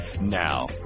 Now